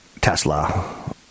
Tesla